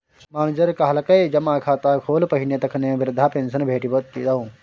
manager कहलकै जमा खाता खोल पहिने तखने बिरधा पेंशन भेटितौ